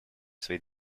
свои